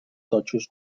totxos